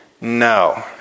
No